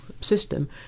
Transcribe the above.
system